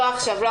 לא עכשיו.